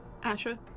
Asha